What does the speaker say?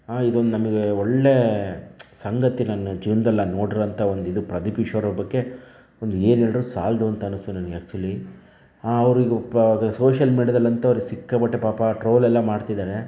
ಇದೊಂದು ನಮಗೆ ಒಳ್ಳೆಯ ಸಂಗತಿ ನನ್ನ ಜೀವನದಲ್ಲಿ ನಾನು ನೋಡಿರೋಂಥ ಒಂದು ಇದು ಪ್ರದೀಪ್ ಈಶ್ವರ್ ಅವರ ಬಗ್ಗೆ ಒಂದು ಏನು ಹೇಳಿದ್ರು ಸಾಲದು ಅಂತ ಅನ್ನಿಸ್ತು ನನಗೆ ಆ್ಯಕ್ಚುವಲಿ ಅವರಿಗೂ ಪಾ ಸೋಶಿಯಲ್ ಮೀಡಿಯಾದಲ್ಲಿ ಅಂತೂ ಅವರಿಗೆ ಸಿಕ್ಕಾಪಟ್ಟೆ ಪಾಪ ಟ್ರೋಲ್ ಎಲ್ಲ ಮಾಡ್ತಿದ್ದಾರೆ